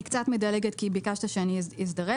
אני קצת מדלגת כי ביקשת שאני אזדרז.